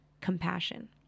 compassion